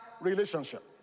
relationship